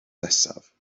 nesaf